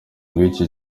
bw’iki